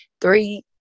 three